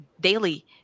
daily